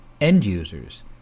end-users